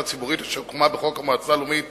ציבורית אשר הוקמה בחוק המועצה הלאומית